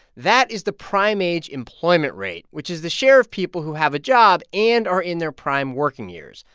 that is the prime-age employment rate, which is the share of people who have a job and are in their prime working years.